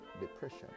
depression